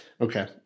Okay